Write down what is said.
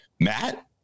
Matt